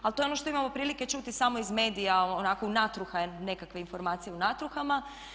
Ali to je ono što imamo prilike čuti samo iz medija onako natruha nekakve informacije u natruhama.